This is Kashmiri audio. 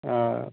آ